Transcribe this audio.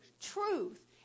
truth